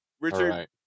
Richard